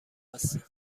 هستم